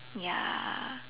ya